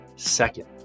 Second